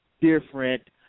different